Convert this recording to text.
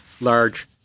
large